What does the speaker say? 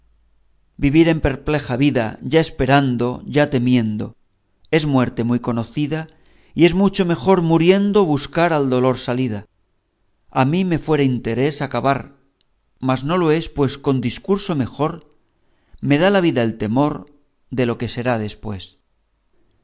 vivo en perpleja vida ya esperando ya temiendo es muerte muy conocida y es mucho mejor muriendo buscar al dolor salida a mí me fuera interés acabar mas no lo es pues con discurso mejor me da la vida el temor de lo que será después